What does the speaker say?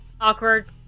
Awkward